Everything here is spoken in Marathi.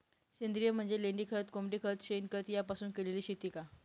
सेंद्रिय म्हणजे लेंडीखत, कोंबडीखत, शेणखत यापासून केलेली शेती का?